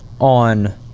on